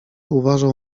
uważał